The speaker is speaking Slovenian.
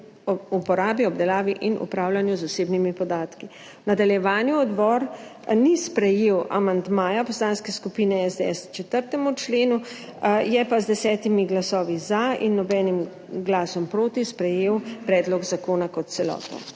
uporabi, obdelavi in upravljanju z osebnimi podatki. V nadaljevanju odbor ni sprejel amandmaja Poslanske skupine SDS k 4. členu. Je pa z desetimi glasovi za in nobenim glasom proti sprejel predlog zakona kot celoto.